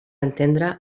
entendre